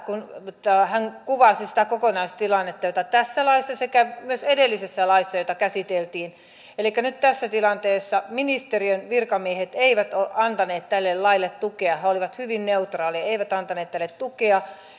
kun hän kuvasi sitä kokonaistilannetta jota tässä laissa sekä myös edellisessä laissa käsiteltiin elikkä nyt tässä tilanteessa ministeriön virkamiehet eivät ole antaneet tälle laille tukea he olivat hyvin neutraaleja eivät antaneet tälle tukea